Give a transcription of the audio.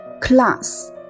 Class